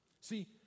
See